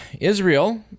Israel